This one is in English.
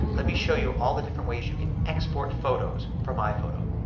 let me show you all the different ways you can export photos from iphoto.